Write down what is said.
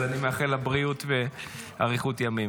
אז אני מאחל לה בריאות ואריכות ימים.